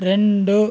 రెండు